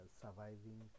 surviving